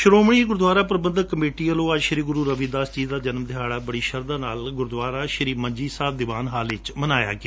Shiromani Gurdwara Prabandhak committee ਵਲੌ ਅੱਜ ਸ੍ਸੀ ਗੁਰੁ ਰਵੀਦਾਸ ਜੀ ਦੇ ਜਨਮ ਦਿਹਾੜਾ ਬੜੀ ਧੁਮ ਧਾਮ ਨਾਲ ਗੁਰੁਦੁਆਰਾ ਸ੍ਸੀ ਮੰਜੀ ਸਾਹਿਬ ਦੀਵਾਨ ਹਾਲ ਵਿਚ ਮਨਾਇਆ ਗਿਆ